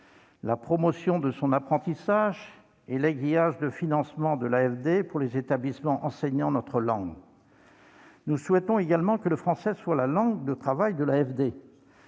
la promotion de son apprentissage et l'aiguillage de financements de l'AFD vers les établissements enseignant notre langue. Nous souhaitons également que le français soit la langue de travail de l'AFD.